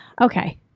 okay